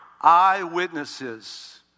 eyewitnesses